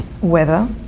weather